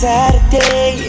Saturday